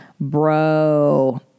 bro